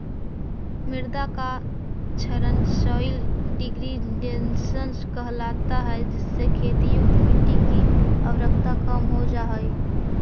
मृदा का क्षरण सॉइल डिग्रेडेशन कहलाता है जिससे खेती युक्त मिट्टी की उर्वरता कम हो जा हई